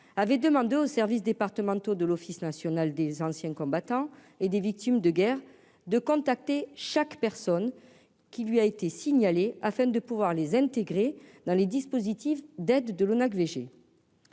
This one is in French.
avait demandé aux services départementaux de l'Office national des anciens combattants et des victimes de guerre de contacter chaque personne qui lui a été signalé, afin de pouvoir les intégrer dans les dispositifs d'aide de l'ONAC VG